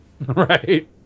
Right